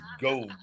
go